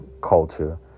culture